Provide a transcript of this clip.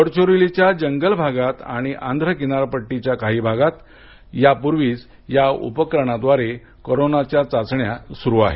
गडचिरोलीच्या जंगल भागात आणि आंध्र च्या किनारपट्टीवरील काही दुर्गम भागात यापूर्वीच या उपकरणाद्वारे कोरोनाच्या चाचण्या सुरु आहेत